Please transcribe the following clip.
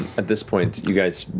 at this point you guys,